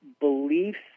beliefs